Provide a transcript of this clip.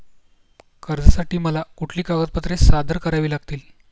कर्जासाठी मला कुठली कागदपत्रे सादर करावी लागतील?